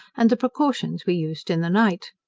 and the precautions we used in the night.